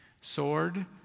Sword